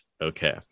Okay